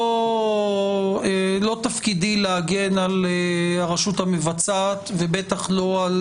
לא תפקידי להגן על הרשות המבצעת, ובטח לא על